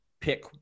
pick